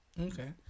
Okay